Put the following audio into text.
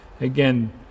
again